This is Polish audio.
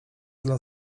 dla